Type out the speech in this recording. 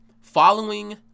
following